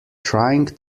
trying